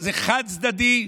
זה חד-צדדי.